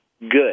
Good